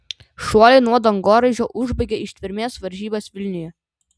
šuoliai nuo dangoraižio užbaigė ištvermės varžybas vilniuje